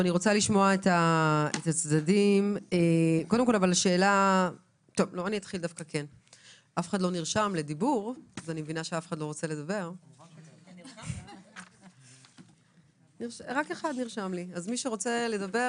אני רוצה לחדד שתי נקודות: 1. צריך לציין